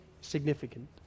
significant